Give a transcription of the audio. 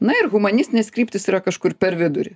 na ir humanistinės kryptys yra kažkur per vidurį